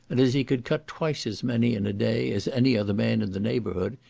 and, as he could cut twice as many in a day as any other man in the neighbourhood,